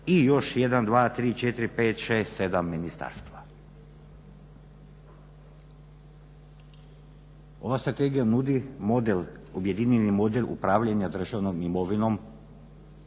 i još 1,2,3,4,5,6,7 ministarstava. Ova strategija nudi objedinjeni model upravljanja državnom imovinom,